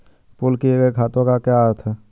Pool किए गए खातों का क्या अर्थ है?